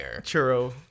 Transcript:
churro